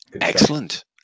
Excellent